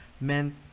meant